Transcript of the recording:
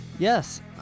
Yes